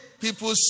people